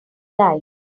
life